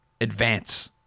advance